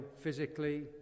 physically